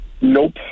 Nope